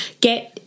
get